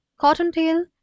cottontail